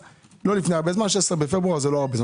שלחתי ב-16 בפברואר, לא מזמן.